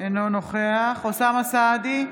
אינו נוכח אוסאמה סעדי,